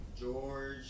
George